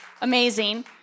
Amazing